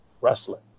wrestling